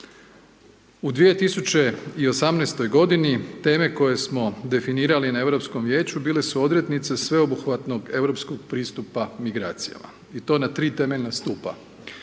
u 2018.-toj godini teme koje smo definirali na Europskom Vijeću bile su odrednice sveobuhvatnog europskog pristupa migracijama i to na 3 temeljna stupa.